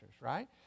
right